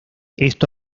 esto